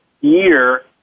year